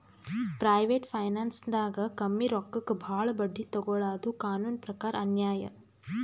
private ಫೈನಾನ್ಸ್ದಾಗ್ ಕಮ್ಮಿ ರೊಕ್ಕಕ್ ಭಾಳ್ ಬಡ್ಡಿ ತೊಗೋಳಾದು ಕಾನೂನ್ ಪ್ರಕಾರ್ ಅನ್ಯಾಯ್